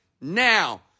now